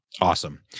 Awesome